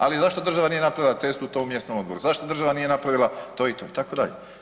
Ali zašto država nije napravila cestu u tom mjesnom odboru, zašto država nije napravila to i to itd.